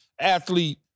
athlete